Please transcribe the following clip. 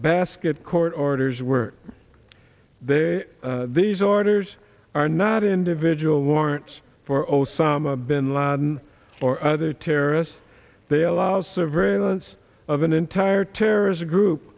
basket court orders were they these orders are not individual warrants for osama bin laden or other terrorists they allow so very less of an entire terrorist group